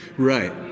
Right